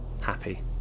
happy